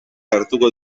hartuko